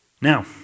Now